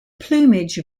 plumage